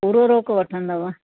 पूरो रोक़ वठंदव